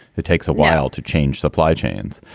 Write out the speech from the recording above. it takes a while to change supply chains.